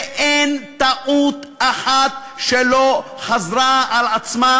ואין טעות אחת שלא חזרה על עצמה,